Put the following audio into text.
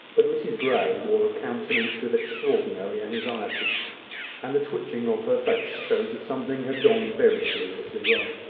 but mrs grey wore a countenance of extraordinary anxiety and the twitching of her face showed that something had gone very seriously wrong.